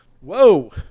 Whoa